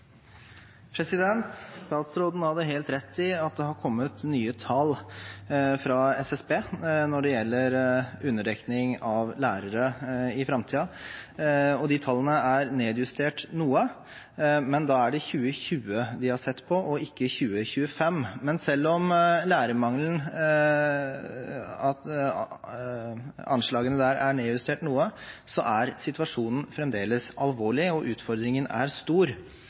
gjelder underdekning av lærere i framtida, og de tallene er nedjustert noe, men da er det 2020 de har sett på, og ikke 2025. Og selv om anslagene når det gjelder lærermangelen er nedjustert noe, er situasjonen fremdeles alvorlig, og utfordringen er stor.